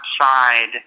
outside